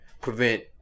prevent